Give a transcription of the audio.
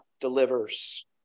delivers